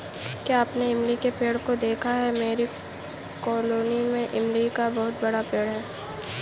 क्या आपने इमली के पेड़ों को देखा है मेरी कॉलोनी में इमली का बहुत बड़ा पेड़ है